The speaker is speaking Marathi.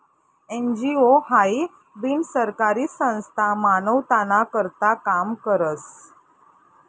एन.जी.ओ हाई बिनसरकारी संस्था मानवताना करता काम करस